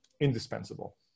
indispensable